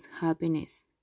happiness